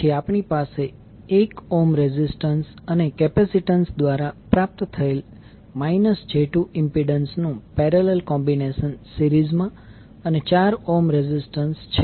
પછી આપણી પાસે 1 ઓહ્મ રેઝિસ્ટન્સ અને કેપેસિટન્સ દ્વારા પ્રાપ્ત થયેલ j2 ઇમ્પિડન્સ નુ પેરેલલ કોમ્બીનેશન સીરીઝમાં અને 4 ઓહ્મ રેઝિસ્ટન્સ છે